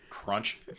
crunch